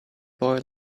boy